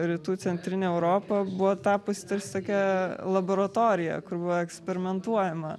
rytų centrinė europa buvo tapusi tarsi tokia laboratorija kur buvo eksperimentuojama